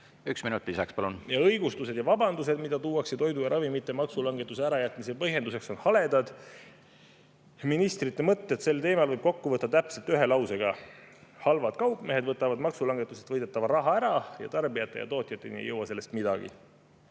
Üks minut lisaks, palun! Õigustused ja vabandused, mida tuuakse toidu ja ravimite käibemaksu langetuse ärajätmise põhjenduseks, on haledad. Ministrite mõtted sel teemal võib kokku võtta täpselt ühe lausega: halvad kaupmehed võtavad maksulangetusest võidetava raha ära ning tarbijate ja tootjateni ei jõua sellest midagi.